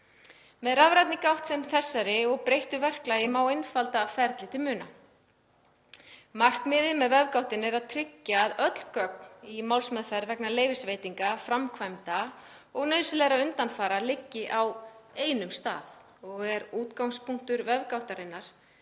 Með rafrænni gátt sem þessari og breyttu verklagi má einfalda ferlið til muna. Markmiðið með vefgáttinni er að tryggja að öll gögn í málsmeðferð vegna leyfisveitinga framkvæmda og nauðsynlegra undanfara liggi á einum stað. Útgangspunktur vefgáttarinnar